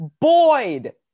Boyd